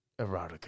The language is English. erotica